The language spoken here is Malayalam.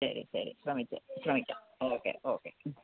ശരി ശരി ശ്രമിക്കാം ശ്രമിക്കാം ഓക്കെ ഓക്കെ